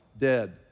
dead